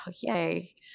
yay